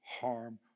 harm